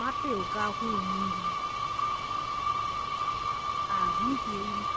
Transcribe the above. Mapeya okaa kuno mundu aruhe uriri